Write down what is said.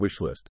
wishlist